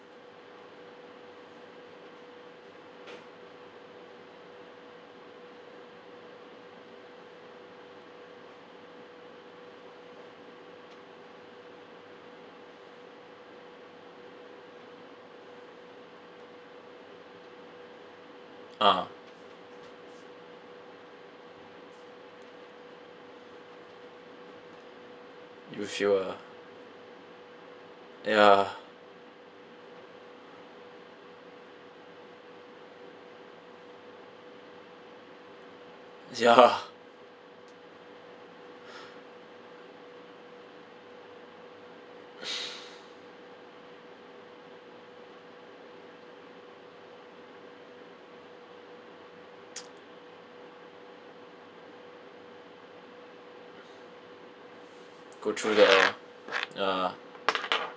ah you sure ya ya go through that lor ya